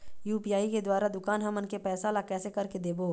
UPI के द्वारा दुकान हमन के पैसा ला कैसे कर के देबो?